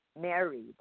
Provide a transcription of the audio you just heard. married